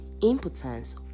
impotence